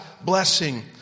blessing